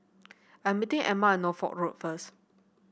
I am meeting Emma at Norfolk Road first